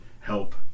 Help